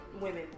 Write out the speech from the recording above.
women